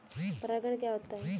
परागण क्या होता है?